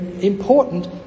important